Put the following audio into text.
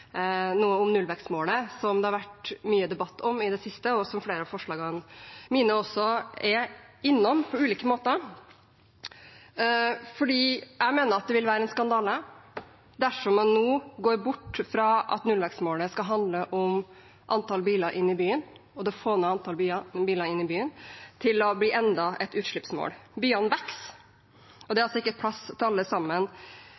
noe om nullvekstmålet som det har vært mye debatt om i det siste, og som flere av forslagene mine også er innom på ulike måter. Jeg mener at det vil være en skandale dersom man nå går bort fra at nullvekstmålet skal handle om antall biler inne i byen og det å få ned antall biler inne i byen, til at det blir enda et utslippsmål. Byene vokser, og det